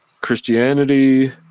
Christianity